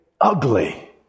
ugly